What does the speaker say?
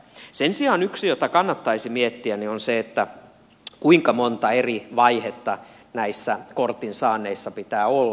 sen sijaan yksi jota kannattaisi miettiä on se kuinka monta eri vaihetta näissä kortin saanneissa pitää olla